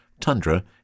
tundra